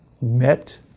met